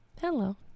Hello